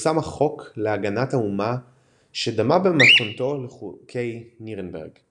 פורסם החוק להגנת האומה שדמה במתכונתו לחוקי נירנברג.